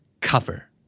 Cover